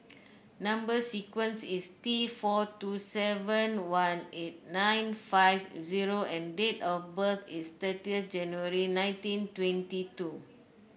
number sequence is T four two seven one eight nine five zero and date of birth is thirtieth January nineteen twenty two